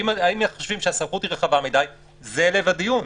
אם חושבים שהסמכות היא רחבה מדי, זה לב הדיון.